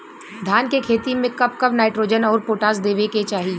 धान के खेती मे कब कब नाइट्रोजन अउर पोटाश देवे के चाही?